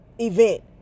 event